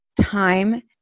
time